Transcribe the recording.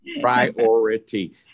Priority